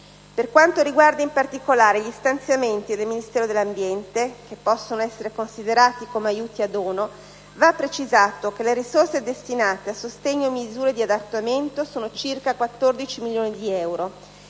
Per quanto riguarda in particolare gli stanziamenti del Ministero dell'ambiente, che possono essere considerati come aiuti "a dono", va precisato che le risorse destinate a sostegno di misure di adattamento sono circa 14 milioni di euro,